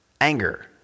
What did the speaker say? Anger